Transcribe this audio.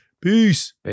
Peace